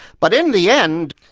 but in the end,